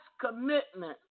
commitment